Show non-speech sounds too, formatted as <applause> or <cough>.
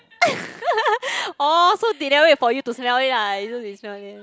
<laughs> orh so they never wait for you to smell it